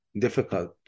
difficult